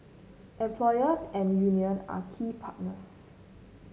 employers and union are key partners